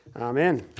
Amen